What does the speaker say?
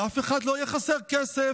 לאף אחד לא יהיה חסר כסף.